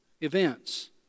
events